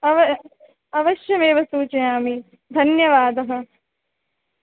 अव अवश्यमेव सूचयामि धन्यवादः